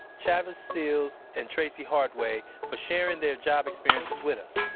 chaves stills, and tracy hartway for sharing their job experiences with us